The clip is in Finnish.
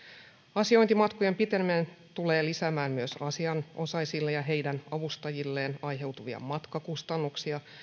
asiointimatkojen piteneminen tulee lisäämään myös asianosaisille ja heidän avustajilleen aiheutuvia matkakustannuksia